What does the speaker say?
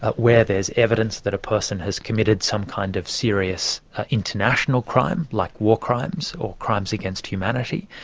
ah where there's evidence that a person has committed some kind of serious international crime, like war crimes or crimes against humanity,